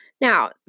Now